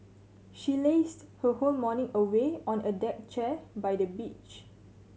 she lazed her whole morning away on a deck chair by the beach